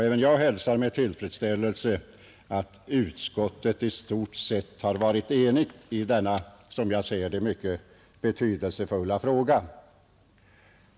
Även jag hälsar med tillfredsställelse att utskottet i stort sett har varit enigt i denna, som jag ser det, mycket betydelsefulla fråga.